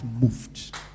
moved